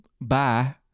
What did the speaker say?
Bye